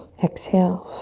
exhale.